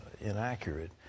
inaccurate